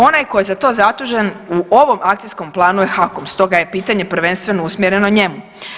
Onaj ko je za to zadužen u ovom akcijskom planu je HAKOM, stoga je pitanje prvenstveno usmjereno njemu.